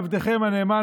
עבדכם הנאמן,